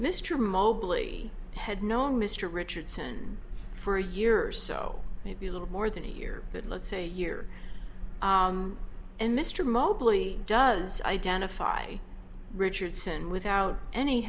mr mobley had known mr richardson for a year or so maybe a little more than a year but let's say a year and mr mobley does identify richardson without any